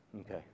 Okay